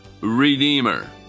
redeemer